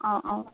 অঁ অঁ